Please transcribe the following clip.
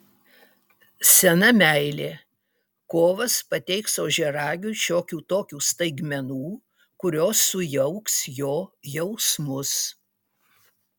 sena meilė kovas pateiks ožiaragiui šiokių tokių staigmenų kurios sujauks jo jausmus